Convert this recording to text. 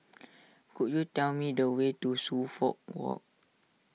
could you tell me the way to Suffolk Walk